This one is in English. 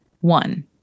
One